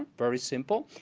very simple,